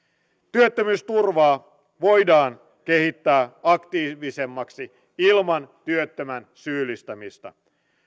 työttömyysturvaa voidaan kehittää aktiivisemmaksi ilman työttömän syyllistämistä